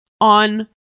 on